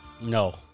No